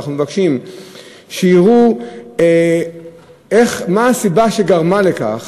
אנחנו מבקשים שיראו מה הסיבה שגרמה לכך